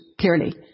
clearly